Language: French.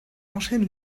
enchaîne